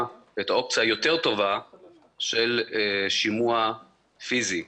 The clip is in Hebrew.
את האופציה היותר טובה של שימוע פיסי.